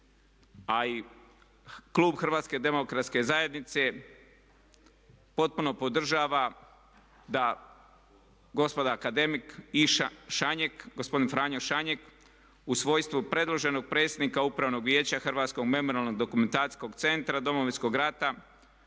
a i klub HDZ-a potpuno podržava da gospoda akademik Franjo Šanjek u svojstvu predloženog predsjednika Upravnog vijeća Hrvatskog memorijalno-dokumentacijskog centra Domovinskog rata